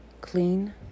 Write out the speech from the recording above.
clean